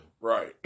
Right